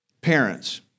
parents